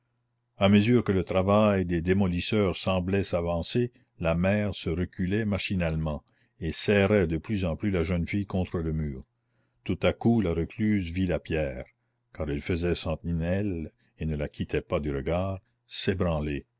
à mesure que le travail des démolisseurs semblait s'avancer la mère se reculait machinalement et serrait de plus en plus la jeune fille contre le mur tout à coup la recluse vit la pierre car elle faisait sentinelle et ne la quittait pas du regard